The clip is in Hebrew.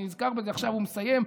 אני נזכר בזה עכשיו ומסיים,